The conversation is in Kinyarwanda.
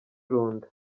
runda